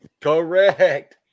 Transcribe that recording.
Correct